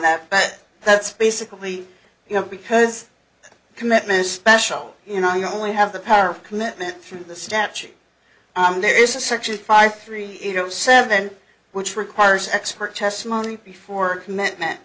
that but that's basically you know because the commitment special you know you only have the power of commitment through the statute i'm there is a section five three seven which requires expert testimony before commitment